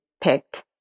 picked